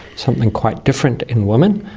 something quite different in women,